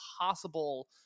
possible